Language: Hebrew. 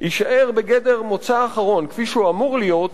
יישאר בגדר מוצא אחרון, כפי שהוא אמור להיות,